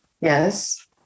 Yes